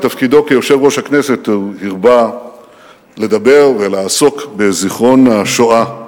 בתפקידו כיושב-ראש הכנסת הוא הרבה לדבר ולעסוק בזיכרון השואה.